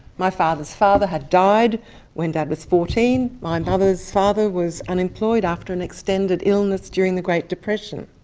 my father's father had died when dad was fourteen, my mother's father was unemployed after an extended illness during the great depression.